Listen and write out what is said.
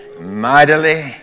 mightily